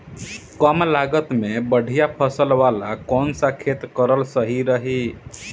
कमलागत मे बढ़िया फसल वाला कौन सा खेती करल सही रही?